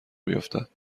بیفتد